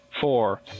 Four